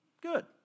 good